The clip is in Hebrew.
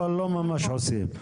אבל לא ממש עושים.